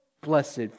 Blessed